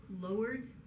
lowered